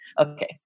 Okay